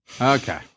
Okay